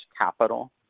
capital